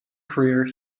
career